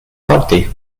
farti